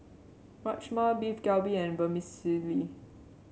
Rajma Beef Galbi and Vermicelli